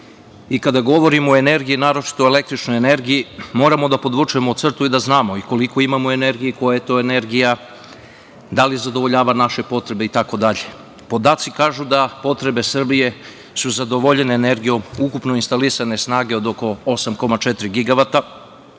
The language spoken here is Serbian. o električnoj energiji, kada govorimo o energiji, moramo da podvučemo crtu i da znamo koliko imamo energije i koja je to energija, da li zadovoljava naše potrebe, itd. Podaci kažu da su potrebe Srbije zadovoljene energijom ukupno instalisane snage od oko 8,4 gigavata,